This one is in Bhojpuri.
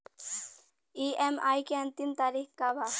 ई.एम.आई के अंतिम तारीख का बा?